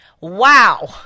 Wow